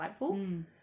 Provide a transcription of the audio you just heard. insightful